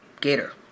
Gator